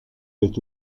l’est